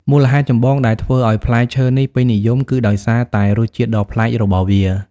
មូលហេតុចម្បងដែលធ្វើឱ្យផ្លែឈើនេះពេញនិយមគឺដោយសារតែរសជាតិដ៏ប្លែករបស់វា។